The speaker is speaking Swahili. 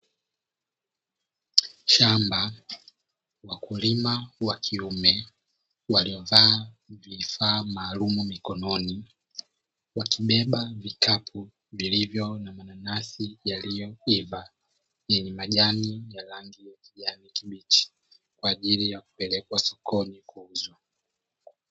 Shamba; wakulima wa kiume waliovaa vifaa maalumu mikononi, wakibeba vikapu vilivyo na mananasi yaliyoiva yenye majani ya rangi ya kijani kibichi kwa ajili ya kupelekwa sokoni kuuzwa.